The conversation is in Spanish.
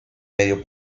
medio